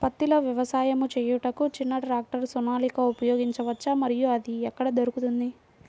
పత్తిలో వ్యవసాయము చేయుటకు చిన్న ట్రాక్టర్ సోనాలిక ఉపయోగించవచ్చా మరియు అది ఎక్కడ దొరుకుతుంది?